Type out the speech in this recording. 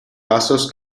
pasos